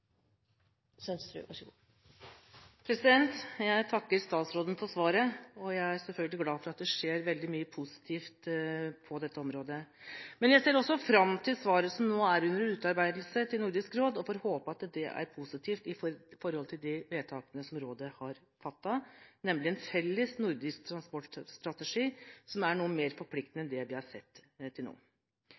dette området. Men jeg ser også fram til svaret som nå er under utarbeidelse til Nordisk råd, og får håpe at det er positivt når det gjelder de vedtakene som rådet har fattet, nemlig en felles nordisk transportstrategi som er noe mer forpliktende enn det vi har sett til nå.